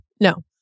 No